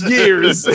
Years